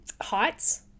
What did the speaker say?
heights